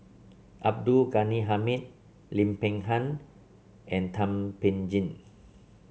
Abdul Ghani Hamid Lim Peng Han and Thum Ping Tjin